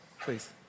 Please